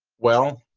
well,